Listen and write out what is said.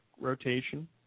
rotation